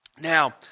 Now